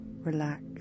relax